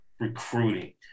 recruiting